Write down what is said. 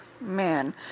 Man